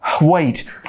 wait